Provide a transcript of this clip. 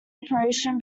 operation